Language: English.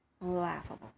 laughable